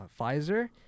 Pfizer